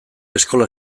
eskola